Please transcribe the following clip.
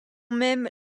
même